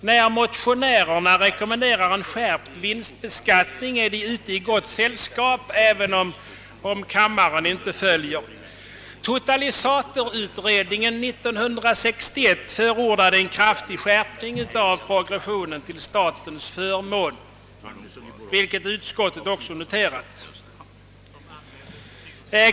När motionärerna kräver en skärpt vinstbeskattning, är de ute i gott sällskap, även om kammaren inte bifaller förslaget. Totalisatorutredningen förordade år 1961 en kraftig skärpning av progressionen till statens förmån, vilket utskottet också noterat.